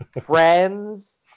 Friends